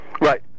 Right